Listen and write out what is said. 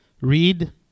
read